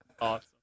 Awesome